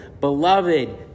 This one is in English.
beloved